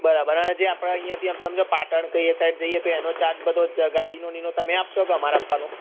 બરાબર અને જે આપણે અહીંયાથી સમજો પાટણ કે એ સાઈડ જઈએ તો એનો ચાર્જ બધો જ ગાડીનો ને એનો તમે આપશો કે અમારે આપવાનો